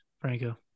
Franco